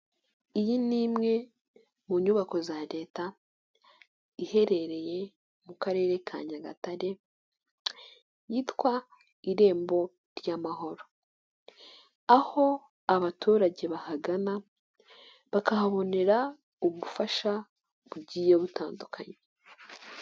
Iyi ni imwe mu nyubako za leta iherereye mu karere ka Nyagatare yitwa Irembo ry'amahoro, aho abaturage bahagana bakahabonera ubufasha bugiye butandukanye.